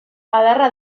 adarra